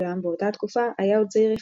אולם באותה התקופה היה עוד צעיר יחסית.